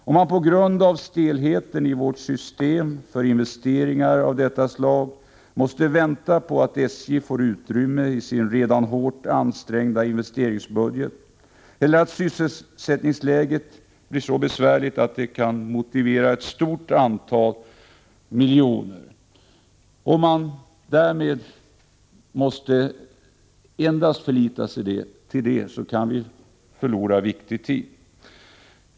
Om man på grund av stelheten i vårt system för investeringar av detta slag måste vänta på att SJ får utrymme i sin redan hårt ansträngda investeringsbudget eller på att sysselsättningsläget blir så besvärligt att det kan motivera ett stort antal miljoner, och enbart förlitar sig till det, kan man förlora viktig tid.